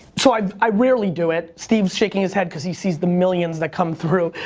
so i i rarely do it. steve's shaking his head because he sees the millions that come through,